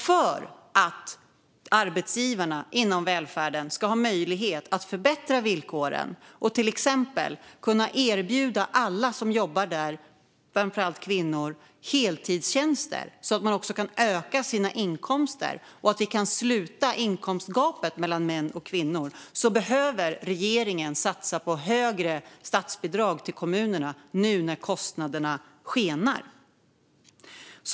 För att arbetsgivarna inom välfärden ska ha möjlighet att förbättra villkoren och till exempel kunna erbjuda alla som jobbar där, framför allt kvinnor, heltidstjänster så att de kan öka sin inkomst och vi kan sluta inkomstgapet mellan män och kvinnor behöver regeringen satsa på högre statsbidrag till kommunerna nu när kostnaderna skenar.